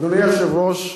אדוני היושב-ראש,